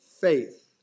faith